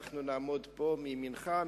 אנחנו נעמוד פה מימינך,